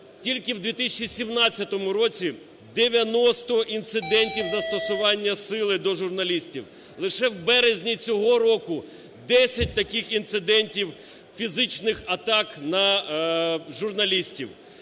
тільки в 2017 році 90 інцидентів застосування сили до журналістів. Лише в березні цього року 10 таких інцидентів фізичних атак на журналістів.